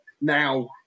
now